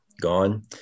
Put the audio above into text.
gone